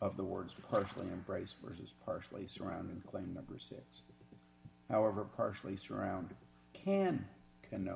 of the words personally embrace versus partially surrounding claim membership however partially surrounded can and know